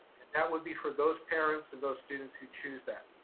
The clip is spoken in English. and that would be for those parents and those students who choose that.